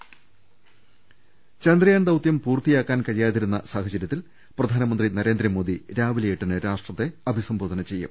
രദേഷ്ടെടു ചന്ദ്രയാൻ ദൌതൃം പൂർത്തിയാക്കാൻ കഴിയാതിരുന്ന സാഹചര്യത്തിൽ പ്രധാനമന്ത്രി നരേന്ദ്രമോദി രാവിലെ എട്ടിന് രാഷ്ട്രത്തെ അഭിസംബോധന ചെയ്യും